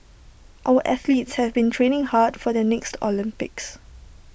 our athletes have been training hard for the next Olympics